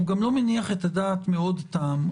הוא גם לא מניח את הדעת מעוד טעם,